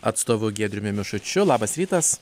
atstovu giedriumi mišučiu labas rytas